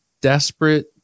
desperate